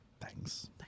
Thanks